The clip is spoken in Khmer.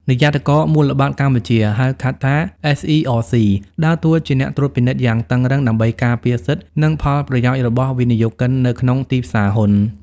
និយ័តករមូលបត្រកម្ពុជា (ហៅកាត់ថា SERC) ដើរតួជាអ្នកត្រួតពិនិត្យយ៉ាងតឹងរ៉ឹង ដើម្បីការពារសិទ្ធិ និងផលប្រយោជន៍របស់វិនិយោគិននៅក្នុងទីផ្សារហ៊ុន។